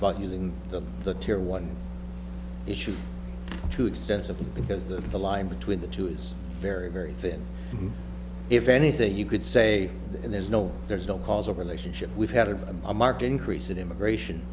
about using the tear one issue too extensively because that the line between the two is very very thin if anything you could say there's no there's no causal relationship we've had a marked increase of immigration